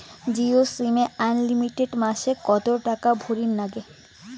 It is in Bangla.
জিও সিম এ মাসে আনলিমিটেড কত টাকা ভরের নাগে?